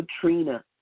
Katrina